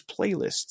playlists